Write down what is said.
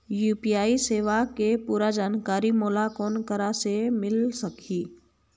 UPI सेवा के पूरा जानकारी मोला कोन करा से मिल सकही?